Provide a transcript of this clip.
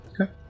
Okay